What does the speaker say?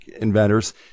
inventors